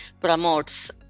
promotes